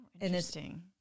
interesting